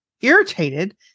irritated